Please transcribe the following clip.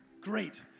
Great